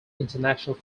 international